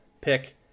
pick